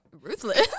ruthless